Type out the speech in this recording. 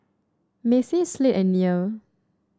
Macie Slade and Nia